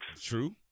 True